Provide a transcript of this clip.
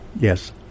Yes